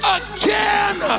again